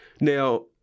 Now